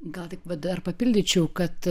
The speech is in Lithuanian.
gal tik va dar papildyčiau kad